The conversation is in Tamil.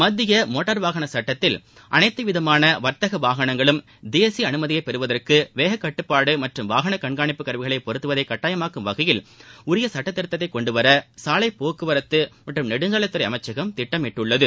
மத்திய மோட்டார் வாகன கட்டத்தில் அனைத்து விதமான வர்த்தக வாகனங்களும் தேசிய அனுமதியை பெறுவதற்கு வேக கட்டுப்பாடு மற்றும் வாகன கண்காணிப்பு கருவிகளை பொருத்துவதை கட்டாயமாக்கும் வகையில் உரிய சுட்டத்திருத்தத்தைக் கொண்டுவர சாலை போக்குவரத்து மற்றும் நெடுஞ்சாலைத்துறை அமைச்சகம் திட்டமிட்டுள்ளது